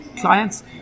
clients